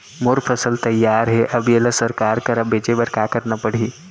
मोर फसल तैयार हे अब येला सरकार करा बेचे बर का करना पड़ही?